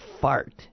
fart